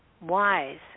wise